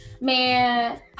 man